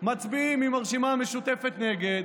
מצביעים עם הרשימה המשותפת נגד